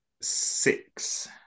six